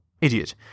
idiot